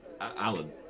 Alan